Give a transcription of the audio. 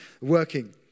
working